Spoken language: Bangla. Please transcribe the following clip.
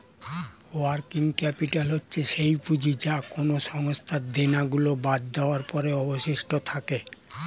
ওয়ার্কিং ক্যাপিটাল হচ্ছে সেই পুঁজি যা কোনো সংস্থার দেনা গুলো বাদ দেওয়ার পরে অবশিষ্ট থাকে